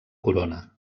corona